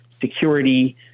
security